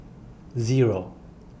Zero